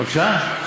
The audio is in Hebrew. בבקשה?